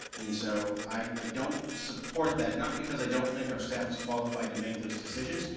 and so, i don't support that, not because i don't think our staff is qualified to make those decisions,